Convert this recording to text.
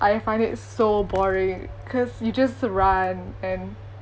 I find it so boring because you just run and